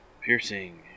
Piercing